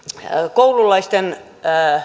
koululaisten